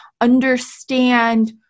understand